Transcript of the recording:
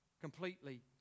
completely